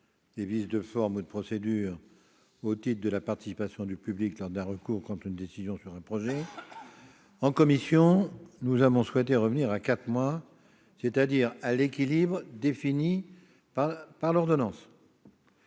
des vices de forme ou de procédure au titre de la participation du public lors d'un recours contre une décision sur un projet. En commission, nous avons souhaité revenir à quatre mois, c'est-à-dire à l'équilibre défini par l'ordonnance.